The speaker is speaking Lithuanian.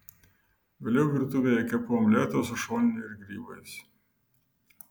vėliau virtuvėje kepu omletą su šonine ir grybais